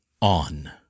on